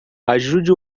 ajude